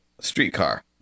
Streetcar